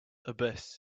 abyss